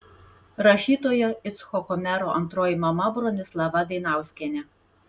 rašytojo icchoko mero antroji mama bronislava dainauskienė